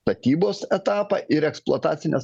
statybos etapą ir eksploatacines